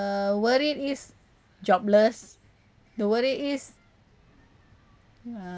the worried is jobless the worried is